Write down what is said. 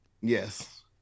Yes